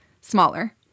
smaller